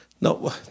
no